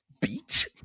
beat